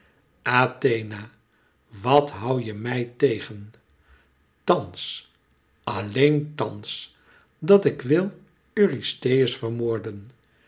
athena wat hoû je mij tegen thàns alleen thàns dat ik wil eurystheus vermoorden